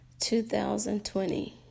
2020